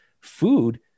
food